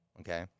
okay